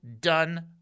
done